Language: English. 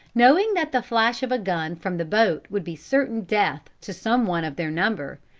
knowing that the flash of a gun from the boat would be certain death to some one of their number,